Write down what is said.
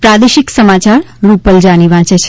પ્રાદેશિક સમાચાર રૂપલ જાની વાંચે છે